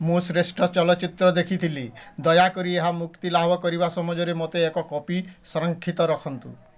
ମୁଁ ଶ୍ରେଷ୍ଠ ଚଳଚ୍ଚିତ୍ର ଦେଖିଥିଲି ଦୟାକରି ଏହା ମୁକ୍ତିଲାଭ କରିବା ସମଯରେ ମୋତେ ଏକ କପି ସଂରକ୍ଷିତ ରଖନ୍ତୁ